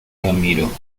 ramiro